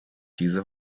diese